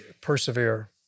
persevere